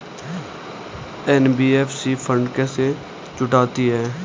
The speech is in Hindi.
एन.बी.एफ.सी फंड कैसे जुटाती है?